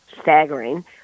staggering